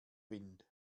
wind